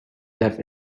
left